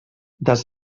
des